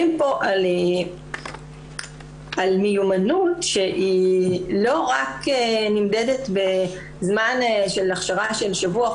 פה על מיומנות שהיא לא רק נמדדת בזמן של הכשרה של שבוע,